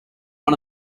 one